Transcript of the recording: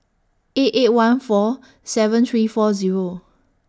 eight eight one four seven three four Zero